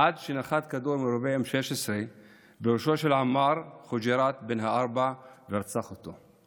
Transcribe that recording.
עד שנחת כדור מרובה M16 בראשו של עמאר חוג'יראת בן הארבע ורצח אותו.